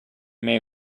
may